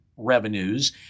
revenues